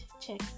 check